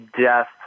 death